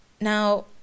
now